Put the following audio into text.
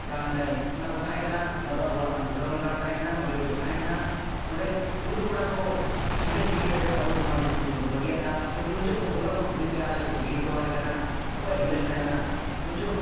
ᱜᱟᱝ ᱱᱟᱹᱭ ᱚᱱᱟ ᱠᱚ ᱛᱟᱦᱮᱸ ᱠᱟᱱᱟ ᱱᱚᱣᱟ ᱫᱚ ᱟᱵᱚᱣᱟᱜ ᱟᱹᱰᱤ ᱫᱷᱚᱨᱚᱢ ᱜᱟᱲ ᱛᱟᱦᱮᱸ ᱠᱟᱱᱟ ᱱᱚᱸᱰᱮ ᱜᱮᱵᱚ ᱛᱟᱦᱮᱸ ᱠᱟᱱᱟ ᱱᱚᱸᱰᱮ ᱛᱩᱲᱩᱠ ᱠᱚᱲᱟ ᱠᱚ ᱪᱷᱤᱱᱜᱟᱹᱼᱪᱷᱤᱱᱜᱤ ᱠᱟᱛᱮᱫ ᱟᱵᱚ ᱫᱚ ᱱᱚᱣᱟ ᱫᱤᱥᱚᱢ ᱫᱚᱵᱚᱱ ᱵᱟᱹᱜᱤᱭᱟᱫᱼᱟ ᱡᱮ ᱩᱱᱡᱚᱜ ᱠᱚ ᱵᱚᱸᱜᱟ ᱵᱩᱨᱩ ᱠᱚ ᱢᱮᱱ ᱠᱮᱫᱼᱟ ᱟᱞᱮ ᱯᱮ ᱵᱟᱹᱜᱤ ᱦᱚᱴᱚᱣᱟᱞᱮ ᱠᱟᱱᱟ ᱚᱠᱚᱭᱟᱜ ᱦᱤᱨᱞᱟᱹ ᱞᱮ ᱛᱟᱦᱮᱱᱟ ᱩᱱᱡᱚᱦᱚᱜ